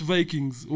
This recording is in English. Vikings